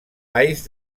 ais